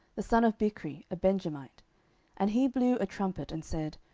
the son of bichri, a benjamite and he blew a trumpet, and said,